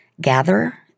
gather